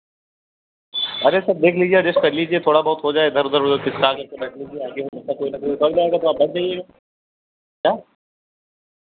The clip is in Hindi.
अरे सर देख लीजिए अडजेस्ट कर लीजिए थोड़ा बहुत हो जाए इधर उधर उधर खिसकाकर के बैठ लीजिए आगे हो सकता है कोई ना कोई उतर जाएगा तो आप बैठ जाइएगा क्या